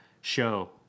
show